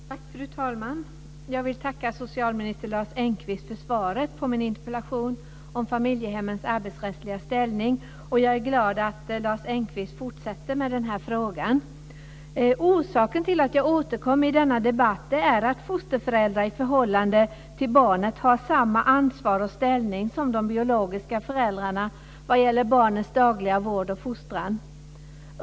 Fru talman! Jag vill tacka socialminister Lars Engqvist för svaret på min interpellation om familjehemmens arbetsrättsliga ställning. Jag är glad att Lars Engqvist fortsätter att arbeta med den här frågan. Orsaken till att jag återkommer i denna debatt är att fosterföräldrar i förhållandet till barnet har samma ansvar och ställning som de biologiska föräldrarna vad gäller barnets dagliga vård och fostran.